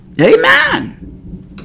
Amen